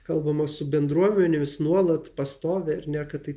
kalbama su bendruomenėmis nuolat pastoviai ar ne kad tai